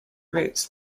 routes